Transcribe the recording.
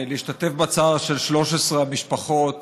להשתתף בצער של 13 המשפחות